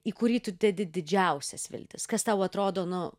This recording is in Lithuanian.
į kurį tu dedi didžiausias viltis kas tau atrodo nu